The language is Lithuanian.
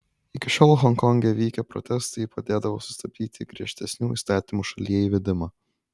iki šiol honkonge vykę protestai padėdavo sustabdyti griežtesnių įstatymų šalyje įvedimą